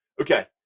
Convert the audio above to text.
Okay